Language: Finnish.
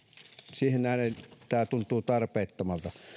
siihen nähden tämä tuntuu tarpeettomalta